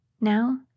Now